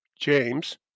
James